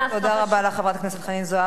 תודה רבה לחברת הכנסת חנין זועבי.